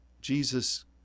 Jesus